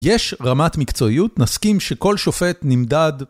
יש רמת מקצועיות, נסכים שכל שופט נמדד.